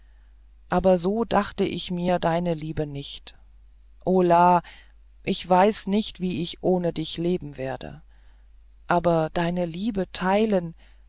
aber so dachte ich mir deine liebe nicht o la ich weiß nicht wie ich ohne dich leben werde aber deine liebe teilen